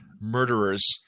murderers